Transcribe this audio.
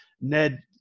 Ned